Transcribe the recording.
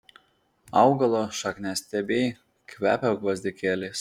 augalo šakniastiebiai kvepia gvazdikėliais